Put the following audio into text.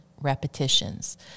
repetitions